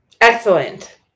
Excellent